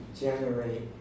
generate